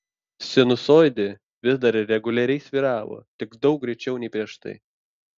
sinusoidė vis dar reguliariai svyravo tik daug greičiau nei prieš tai